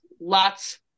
Lots